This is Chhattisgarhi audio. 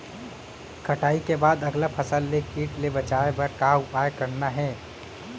कटाई के बाद अगला फसल ले किट ले बचाए बर का उपाय करना हे?